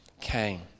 came